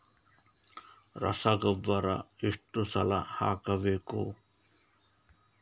ರಸಗೊಬ್ಬರ ಎಷ್ಟು ಸಲ ಹಾಕಬೇಕು?